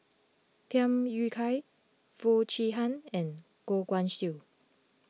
Tham Yui Kai Foo Chee Han and Goh Guan Siew